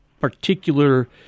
particular